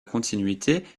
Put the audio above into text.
continuité